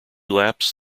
laps